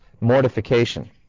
mortification